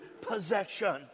possession